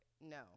no